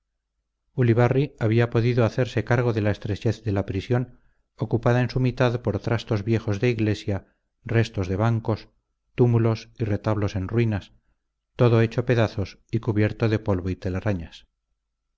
ulibarri había podido hacerse cargo de la estrechez de la prisión ocupada en su mitad por trastos viejos de iglesia restos de bancos túmulos y retablos en ruinas todo hecho pedazos y cubierto de polvo y telarañas